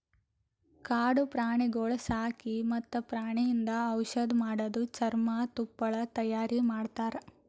ಕಾಡು ಪ್ರಾಣಿಗೊಳ್ ಸಾಕಿ ಮತ್ತ್ ಪ್ರಾಣಿಯಿಂದ್ ಔಷಧ್ ಮಾಡದು, ಚರ್ಮ, ತುಪ್ಪಳ ತೈಯಾರಿ ಮಾಡ್ತಾರ